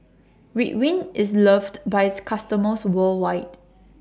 Ridwind IS loved By its customers worldwide